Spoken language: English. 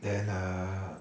then err